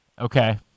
Okay